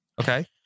Okay